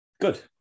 Good